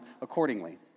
accordingly